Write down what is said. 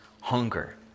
hunger